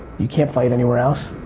you can't fight anywhere else,